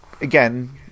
again